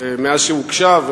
מאז הוגשה,